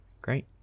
Great